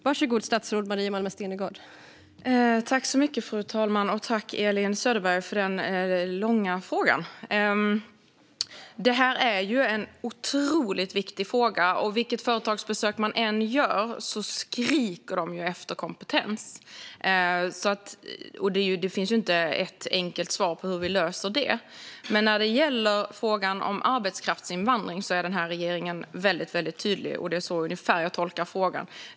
Fru talman! Tack, Elin Söderberg, för den långa frågan! Det är en otroligt viktig fråga. Vilket företagsbesök man än gör skriker de efter kompetens. Det finns inte ett enkelt svar på hur vi löser det. När det gäller frågan om arbetskraftsinvandring är regeringen väldigt tydlig. Det är ungefär så jag tolkar frågan.